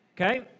okay